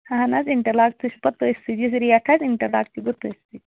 اہَن حظ interlock سُہ چھُ پَتہٕ تٔتھۍ سۭتی یِژھ ریٹ آسہِ اِنٹَر لاک تہِ گوٚو تٔتھۍ سۭتۍ